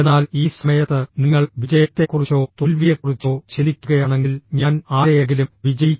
എന്നാൽ ഈ സമയത്ത് നിങ്ങൾ വിജയത്തെക്കുറിച്ചോ തോൽവിയെക്കുറിച്ചോ ചിന്തിക്കുകയാണെങ്കിൽ ഞാൻ ആരെയെങ്കിലും വിജയിക്കും